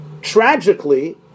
tragically